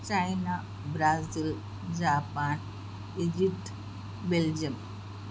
China Brazil Japan Egypt Belgium